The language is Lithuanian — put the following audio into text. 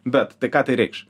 bet tai ką tai reikš